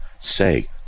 say